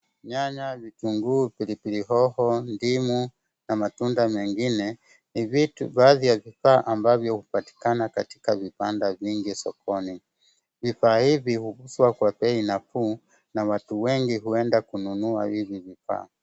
Nyanya, vitunguu, pilipili hoho, ndimu na matunda mengine, ni baadhi ya vifaa ambavyo hupatikana katika vibanda vingi sokoni. Vifaa hivi hukuwa kwa bei nafuu na watu wengi huenda kununua hivi vifaa.